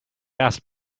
asked